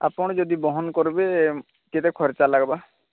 ଆପଣ ଯଦି ବହନ କରିବେ କେତେ ଖର୍ଚ୍ଚ ଲାଗିବ